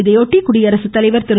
இதையொட்டி குடியரசு தலைவர் திரு